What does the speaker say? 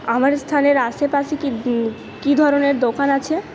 আমার স্থানের আশেপাশে কী কী ধরনের দোকান আছে